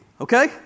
okay